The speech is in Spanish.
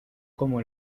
como